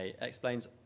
explains